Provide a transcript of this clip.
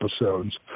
episodes